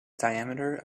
diameter